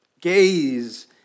Gaze